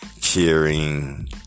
Cheering